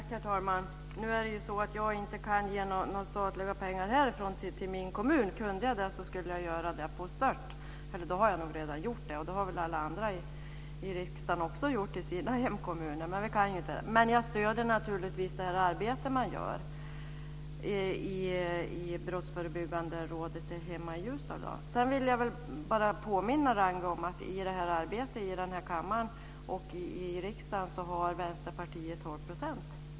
Herr talman! Jag kan inte ge några statliga pengar härifrån till min kommun. Kunde jag det så skulle jag göra det på stört - eller jag skulle nog redan ha gjort det. Det skulle nog alla andra i riksdagen också ha gjort till sina hemkommuner. Nu kan vi inte det, men jag stöder naturligtvis det arbete man utför i det brottsförebyggande rådet där hemma i Ljusdal. Jag vill bara påminna Ragnwi om att i arbetet i den här kammaren och i riksdagen har Vänsterpartiet 12 %.